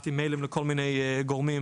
שלחתי מיילים לכל מיני גורמים,